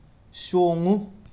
ꯆꯣꯡꯉꯨ